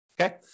Okay